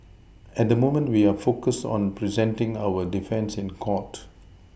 at the moment we are focused on presenting our defence in court